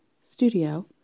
studio